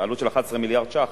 בעלות של 11 מיליארד שקלים,